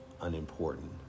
unimportant